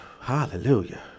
Hallelujah